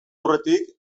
aurretik